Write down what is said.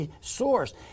source